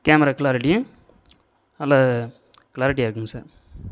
camera க்ளாரிட்டியும் நல்ல க்ளாரிட்டியாக இருக்குதுங்க சார்